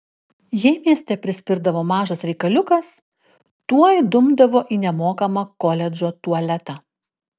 jei mieste prispirdavo mažas reikaliukas tuoj dumdavo į nemokamą koledžo tualetą